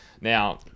Now